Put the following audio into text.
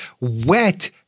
wet